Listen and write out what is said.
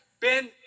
Ben